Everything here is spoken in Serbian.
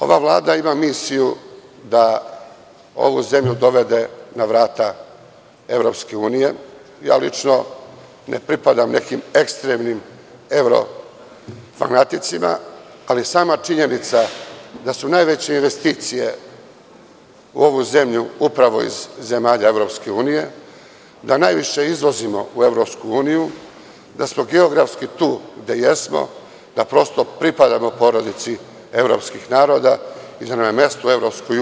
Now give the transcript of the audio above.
Ova vlada ima misiju da ovu zemlju dovede na vrata EU, lično ne pripadam nekim ekstremnim evro fanaticima, ali sama činjenica da su najveće investicije u ovu zemlju upravo iz zemalja EU, da najviše izvozimo u EU, da smo geografski tu gde jesmo, prosto pripadamo porodici evropskih naroda i mesto nam je u EU.